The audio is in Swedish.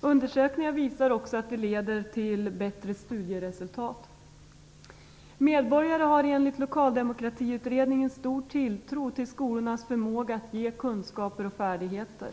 Undersökningar visar också att det leder till bättre studieresultat. Medborgare har, enligt Lokaldemokratiutredningen, stor tilltro till skolornas förmåga att ge kunskaper och färdigheter.